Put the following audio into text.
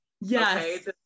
Yes